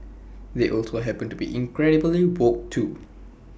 they also happen to be incredibly woke too